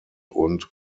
und